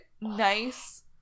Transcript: nice